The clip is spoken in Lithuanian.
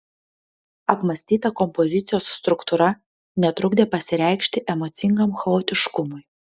apmąstyta kompozicijos struktūra netrukdė pasireikšti emocingam chaotiškumui